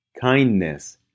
kindness